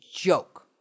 joke